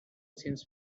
since